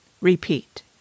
Repeat